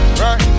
right